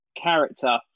character